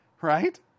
Right